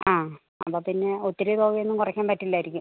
ആ അപ്പം പിന്നെ ഒത്തിരി തുകയൊന്നും കുറയ്ക്കാൻ പറ്റില്ലായിരിക്കും